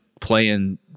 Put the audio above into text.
playing